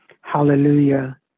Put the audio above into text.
hallelujah